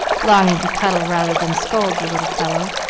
longing to cuddle rather than scold the little fellow,